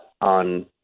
on